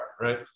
right